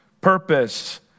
purpose